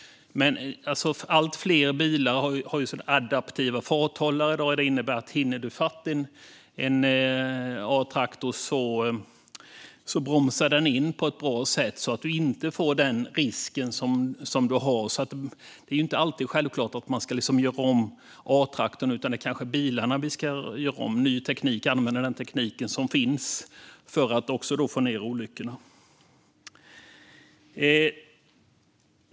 I dag har allt fler bilar adaptiva farthållare, vilket innebär att om du hinner i fatt en A-traktor bromsas du in på ett bra sätt så att du inte får den risken. Det är inte alltid självklart att vi ska göra om A-traktorn; det kanske är bilarna vi ska göra om genom att använda den nya teknik som finns för att få ned olyckorna.